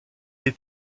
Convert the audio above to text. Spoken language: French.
les